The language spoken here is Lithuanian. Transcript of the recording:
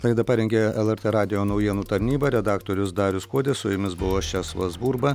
laidą parengė lrt radijo naujienų tarnyba redaktorius darius kuodis su jumis buvo česlovas burba